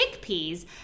chickpeas